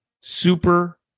super